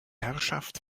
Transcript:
herrschaft